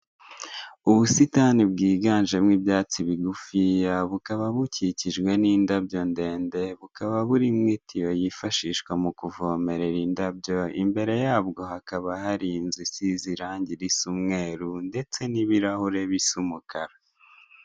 Ubusitani bwiganjemo ibyatsi bigufiyabukaba bukikijwe nindabyo ndende bukaba burimwo itiyo yifashishwa mukuvomerera indabyo imbere yabwo hakaba hari inzu isize irange risa umweru ndetse nibirahure bisa umukara.